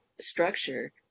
structure